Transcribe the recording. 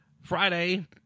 Friday